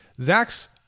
Zach's